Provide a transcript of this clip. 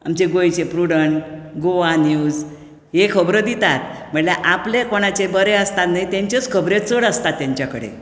आमचें गोंयचे Prudent Goa news हे खबरो दितात म्हणजे आपले कोणाचें बरें आसतात न्ही तांच्योच खबरी चड आसतात तांच्या कडेन